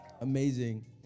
Amazing